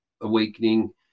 awakening